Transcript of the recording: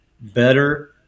better